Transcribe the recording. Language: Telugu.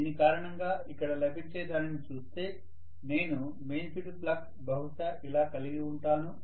దీని కారణంగా ఇక్కడ లభించే దానిని చూస్తే నేను మెయిన్ ఫీల్డ్ ఫ్లక్స్ బహుశా ఇలా కలిగి ఉంటాను